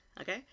okay